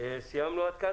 סיימנו כאן?